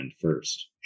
first